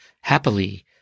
happily